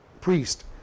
priest